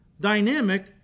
dynamic